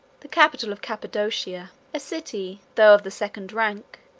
the capital of cappadocia a city, though of the second rank,